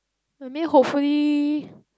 I mean hopefully